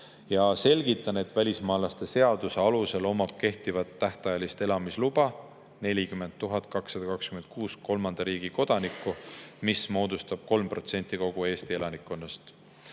Selgitan: välismaalaste seaduse alusel omab kehtivat tähtajalist elamisluba 40 226 kolmanda riigi kodanikku, see moodustab 3% kogu Eesti elanikkonnast.